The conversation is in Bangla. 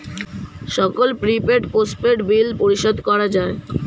সকল প্রিপেইড, পোস্টপেইড বিল পরিশোধ করা যায়